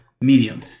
medium